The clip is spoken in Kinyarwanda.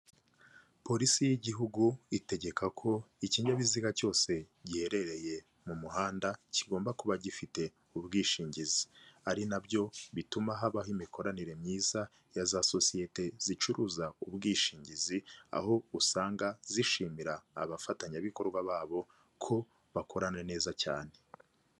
Polisi y'igihugu itegeka ko ikinyabiziga cyose giherereye mu muhanda kigomba kuba gifite ubwishingizi. Ari na byo bituma habaho imikoranire myiza ya za sosiyete zicuruza ubwishingizi, aho usanga zishimira abafatanyabikorwa babo ko bakorana neza cyane.